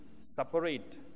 separate